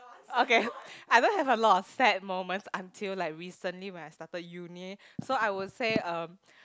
okay I don't have a lot of sad moments until like recently when I started uni so I will say um